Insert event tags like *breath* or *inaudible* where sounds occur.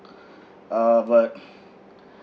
uh but *breath*